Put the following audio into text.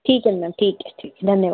ठीक है मैम ठीक है ठीक है धन्यवा